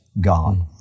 God